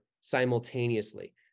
simultaneously